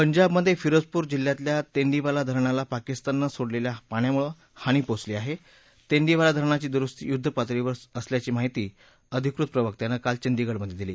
पंजाबमध फिरोजपूर जिल्ह्यातल्या तेंडीवाला धरणाला पकिस्ताननं सोडलख्या पाण्यामुळ हानी पोहोचली आह मेंडीवाला धरणाची दुरुस्ती युद्धपातळीवर सुरु असल्याची माहिती अधिकृत प्रवक्त्यांन काल चंडीगड मधीडिली